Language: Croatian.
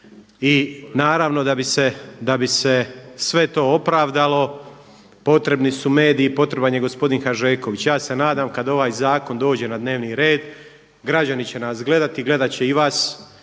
I naravno da bi se sve to opravdalo potrebni su mediji, potreban je gospodin Hanžeković. Ja se nadam kada ovaj zakon dođe na dnevni red, građani će nas gledati, gledati će i vas kolega